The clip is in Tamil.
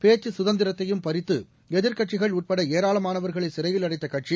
பேச்சு சுதந்திரத்தையும் பறித்து எதிர்க்கட்சிகள் உட்பட ஏராளமானவர்களை சிறையில் அடைத்த கட்சி